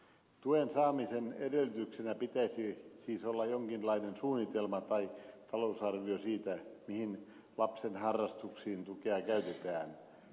tuen saamisen edellytyksenä pitäisi siis olla jonkinlainen suunnitelma tai talousarvio siitä mihin lapsen harrastuksiin tukea käytetään